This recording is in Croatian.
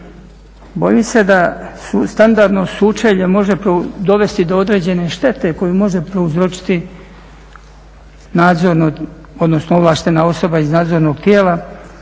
Bojim se da se standardno sučelje može dovesti do određene štete koju može prouzročiti ovlaštena osoba iz nadzornog tijela